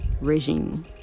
regime